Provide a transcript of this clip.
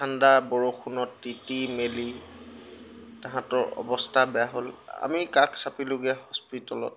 ঠাণ্ডা বৰষুণত তিতি মেলি তাহাঁতৰ অৱস্থা বেয়া হ'ল আমি কাষ চাপিলোঁগৈ হস্পিতালত